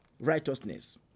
righteousness